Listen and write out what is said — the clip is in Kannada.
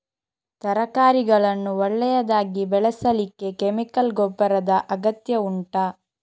ತರಕಾರಿಗಳನ್ನು ಒಳ್ಳೆಯದಾಗಿ ಬೆಳೆಸಲಿಕ್ಕೆ ಕೆಮಿಕಲ್ ಗೊಬ್ಬರದ ಅಗತ್ಯ ಉಂಟಾ